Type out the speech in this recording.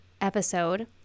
episode